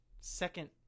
second